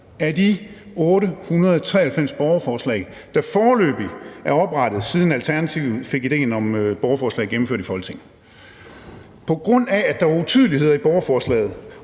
af de 893 borgerforslag, der foreløbig er oprettet, siden Alternativet fik idéen om borgerforslag gennemført i Folketinget. På grund af at der er utydeligheder i borgerforslaget,